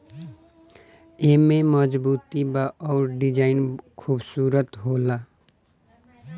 एमे मजबूती बा अउर डिजाइनो खुबसूरत होला